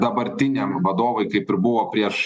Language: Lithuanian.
dabartiniam vadovui kaip ir buvo prieš